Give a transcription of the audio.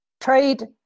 Trade